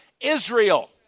Israel